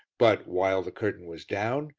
but, while the curtain was down,